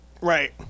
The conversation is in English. Right